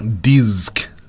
disc